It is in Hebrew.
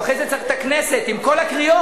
הוא אחרי זה צריך את הכנסת עם כל הקריאות.